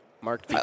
Mark